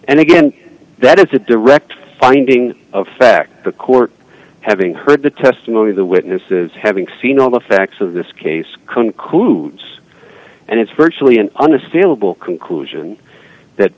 and again that it's a direct finding of fact the court having heard the testimony of the witnesses having seen all the facts of this case concludes and it's virtually an unassailable conclusion that